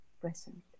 present